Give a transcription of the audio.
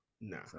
No